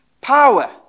power